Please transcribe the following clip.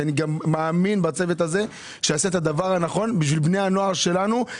כי אני מאמין שיעשה את הדבר הנכון בשביל בני הנוער שלנו,